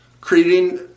creating